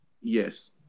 Yes